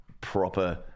Proper